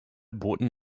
boten